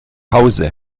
hause